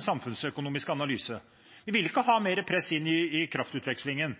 samfunnsøkonomisk analyse. Vi ville ikke ha mer press inn i kraftutvekslingen.